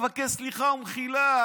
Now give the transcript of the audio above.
תבקש סליחה ומחילה.